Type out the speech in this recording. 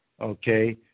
okay